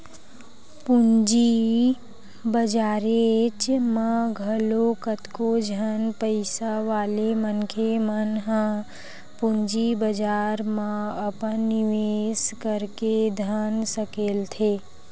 पूंजी बजारेच म घलो कतको झन पइसा वाले मनखे मन ह पूंजी बजार म अपन निवेस करके धन सकेलथे